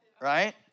Right